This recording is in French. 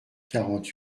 quarante